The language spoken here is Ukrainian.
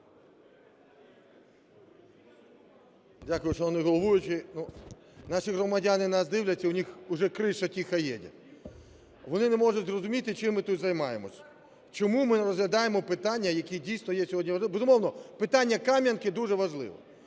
Дякую, шановний головуючий. Наші громадяни нас дивляться, и у них уже крыша тихо едет, вони не можуть зрозуміти, чим ми тут займаємося, чому ми розглядаємо питання, які дійсно є сьогодні… Безумовно, питання Кам'янки дуже важливе.